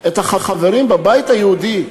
את החברים בבית היהודי.